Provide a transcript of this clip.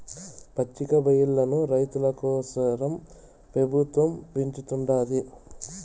పచ్చికబయల్లను రైతుల కోసరం పెబుత్వం పెంచుతుండాది